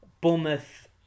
Bournemouth